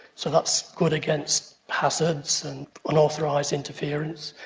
so that's good against hazards and unauthorised interference.